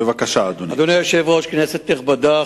אדוני, בבקשה.